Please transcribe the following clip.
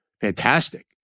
Fantastic